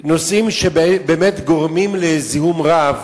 בנושאים שבאמת גורמים לזיהום רב